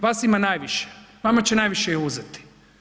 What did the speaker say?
Vas ima najviše, vama će najviše i uzeti.